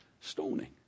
stoning